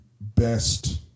best